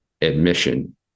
admission